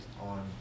on